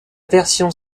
version